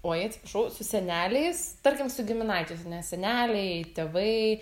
oi atsiprašau su seneliais tarkim su giminaičiais ane seneliai tėvai